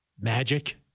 magic